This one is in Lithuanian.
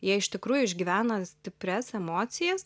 jie iš tikrųjų išgyvena stiprias emocijas